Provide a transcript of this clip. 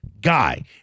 guy